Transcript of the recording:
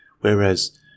Whereas